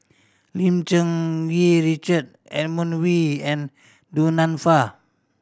Lim Cherng Yih Richard Edmund Wee and Du Nanfa